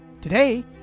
Today